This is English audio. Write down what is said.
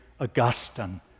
Augustine